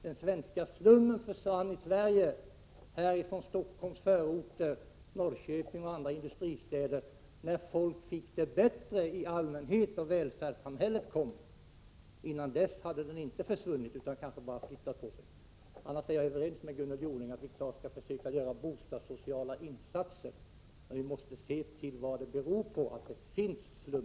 Den svenska slummen försvann från Stockholms förorter, från Norrköping och andra industristäder när folk fick det bättre i allmänhet och välfärdssamhället kom. Innan dess hade den inte försvunnit, kanske bara flyttat på sig. Annars är jag överens med Gunnel Jonäng om att vi skall försöka göra bostadssociala insatser. Men vi måste se vad som är orsaken till att det finns slum.